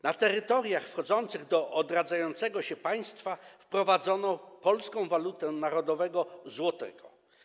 Na terytoriach wchodzących w skład odradzającego się państwa wprowadzono polską walutę narodową - złotego.